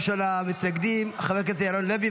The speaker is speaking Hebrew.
ראשון המתנגדים חבר הכנסת ירון לוי,